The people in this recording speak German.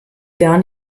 gar